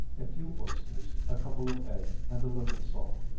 a few oysters, a couple of eggs, and a little salt.